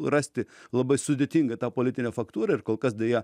rasti labai sudėtinga tą politinę faktūrą ir kol kas deja